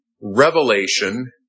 revelation